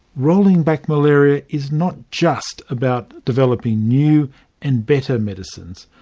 rolling back malaria is not just about developing new and better medicines.